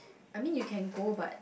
I mean you can go but